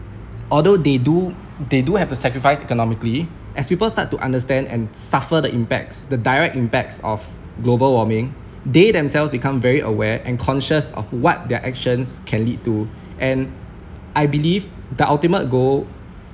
although they do they do have to sacrifice economically as people start to understand and suffer the impacts the direct impacts of global warming they themselves become very aware and conscious of what their actions can lead to and I believe the ultimate goal